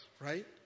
right